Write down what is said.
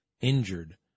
injured